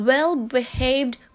Well-behaved